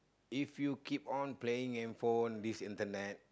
if you keep on playing handphone this internet